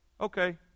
Okay